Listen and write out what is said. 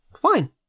Fine